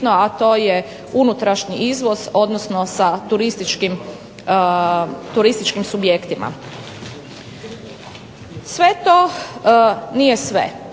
a to je unutrašnji izvoz odnosno sa turističkim subjektima. Sve to nije sve.